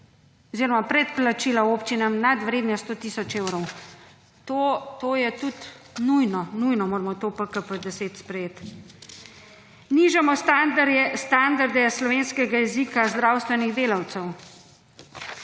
oziroma predplačila občinam nad vrednost 100 tisoč evrov. To je tudi nujno, nujno moramo to v PKP10 sprejeti. Nižamo standarde slovenskega jezika zdravstvenih delavcev.